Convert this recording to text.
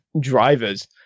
drivers